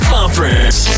Conference